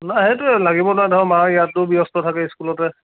নাই সেইটোৱে লাগিবলৈ ধৰক মাৰ ইয়াতো ব্যস্ত থাকে স্কুলতে